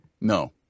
no